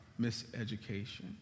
miseducation